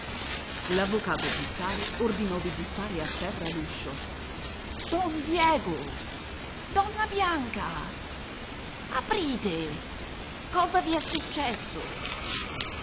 l'avvocato fiscale ordinò di buttare a terra l'uscio don diego donna bianca aprite cosa vi è successo